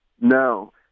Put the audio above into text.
No